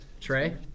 Trey